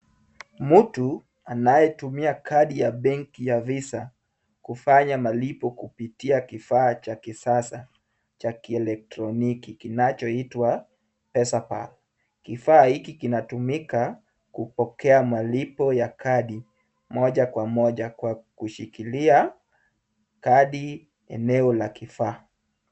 Mtu anayetumia kadi ya benki ya visa kufanya malipo kupitia kifaa cha kisasa cha kielektroniki kinachoitwa Pesapal. Kifaa hiki kinatumika kupokea malipo ya kadi moja kwa moja kwa kushikilia kadi eneo la kifaa.